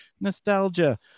Nostalgia